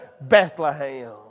Bethlehem